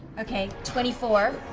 okay. twenty four.